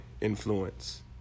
influence